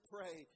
Pray